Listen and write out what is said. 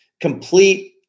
complete